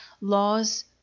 laws